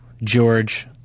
George